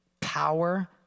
power